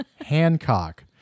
Hancock